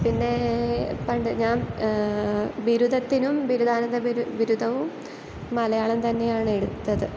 പിന്നെ പണ്ട് ഞാൻ ബിരുധത്തിനും ബിരുദാനന്തര ബിരുദവും മലയാളം തന്നെയാണ് എടുത്തത്